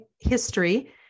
history